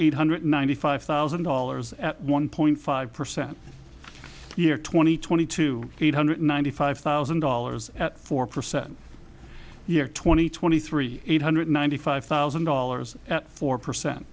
eight hundred ninety five thousand dollars at one point five percent a year twenty twenty two eight hundred ninety five thousand dollars at four percent year twenty twenty three eight hundred ninety five thousand dollars four percent